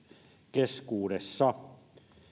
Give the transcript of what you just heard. keskuudessa